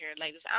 ladies